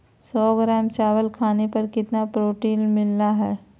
सौ ग्राम चावल खाने पर कितना प्रोटीन मिलना हैय?